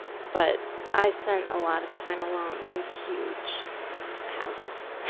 but i spent a lot of time alone in huge houses,